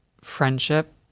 friendship